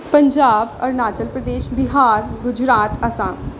Punjab Arunachal Pradesh Bihar Gujarat Assam